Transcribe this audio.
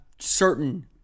certain